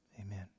amen